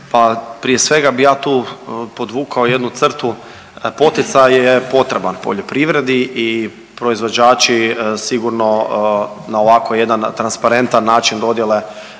prije svega bi ja tu podvukao jednu crtu, poticaj je potreban poljoprivredi i proizvođači sigurno na ovako jedan transparentan način dodjele